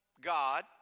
God